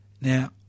Now